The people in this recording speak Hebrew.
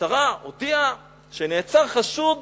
המשטרה הודיעה שנעצר חשוד